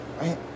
right